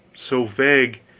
so vague,